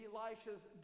Elisha's